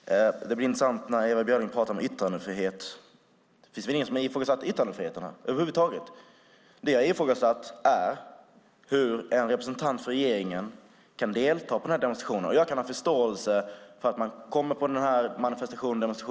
Herr talman! Det blir intressant när Ewa Björling pratar om yttrandefrihet. Det finns väl ingen här som har ifrågasatt yttrandefriheten över huvud taget? Det jag har ifrågasatt är hur en representant för regeringen kan delta i denna demonstration. Jag kan ha förståelse för att man kommer på den här manifestationen och deltar.